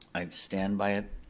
i stand by it,